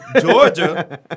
Georgia